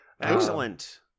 Excellent